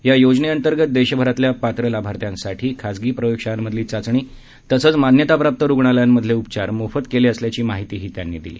या योजनेअंतर्गत देशभरातल्या पात्र लाभार्थ्यांसाठी खाजगी प्रयोगशाळांमधली चाचणी तसंच मान्यताप्राप्त रुग्णालयांमधले उपचार मोफत केले असल्याची माहितीही त्यांनी दिली